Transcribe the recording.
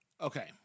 Okay